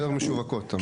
יחידות משווקות.